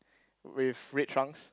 with red trunks